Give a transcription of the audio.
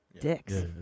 dicks